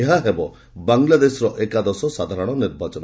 ଏହା ହେବ ବାଂଲାଦେଶର ଏକାଦଶ ସାଧାରଣ ନିର୍ବାଚନ